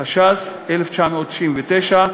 התש"ס 1999,